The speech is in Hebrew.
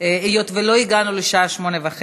היות שלא הגענו לשעה 20:30,